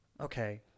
Okay